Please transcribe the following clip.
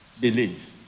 Believe